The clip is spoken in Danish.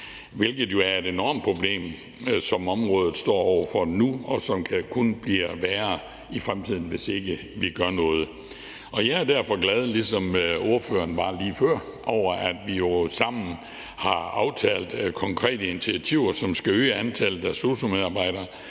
hvilket jo er et enormt problem, som området står over for nu, og som kun bliver værre i fremtiden, hvis ikke vi gør noget. Jeg er derfor, ligesom ordføreren var det lige før, glad over, at vi sammen har aftalt konkrete initiativer, som skal øge antallet af sosu-medarbejdere.